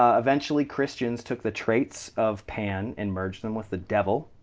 ah eventually christians took the traits of pan and merged them with the devil.